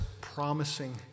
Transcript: promising